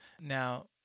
Now